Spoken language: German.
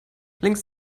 links